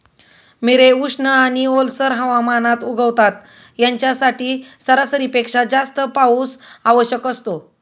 मिरे उष्ण आणि ओलसर हवामानात उगवतात, यांच्यासाठी सरासरीपेक्षा जास्त पाऊस आवश्यक असतो